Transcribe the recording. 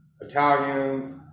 Italians